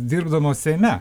dirbdamos seime